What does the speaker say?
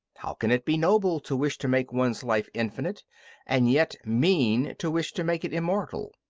how can it be noble to wish to make one's life infinite and yet mean to wish to make it immortal?